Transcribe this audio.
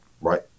right